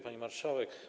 Pani Marszałek!